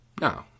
No